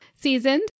seasoned